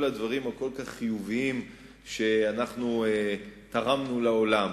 הדברים הכל-כך חיוביים שאנחנו תרמנו לעולם.